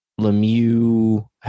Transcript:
Lemieux